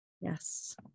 Yes